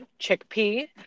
chickpea